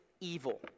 evil